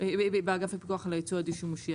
על הייצוא הדו-שימושי".